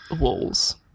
walls